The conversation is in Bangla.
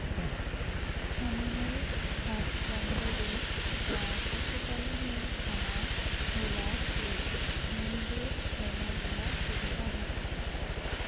এনিম্যাল হাসব্যান্ডরি বা পশু পালনের খামার গুলা থুই মুইদের মেলাগিলা সুবিধা হসে